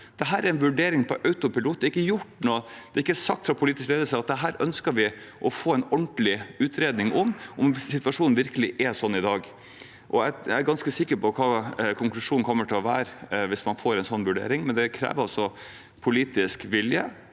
Dette er en vurdering som er gjort på autopilot. Det har ikke blitt sagt fra politisk ledelse at man ønsker å få en ordentlig utredning av om situasjonen virkelig er sånn i dag. Jeg er ganske sikker på hva konklusjonen kommer til å være hvis man får en sånn vurdering, men det krever politisk vilje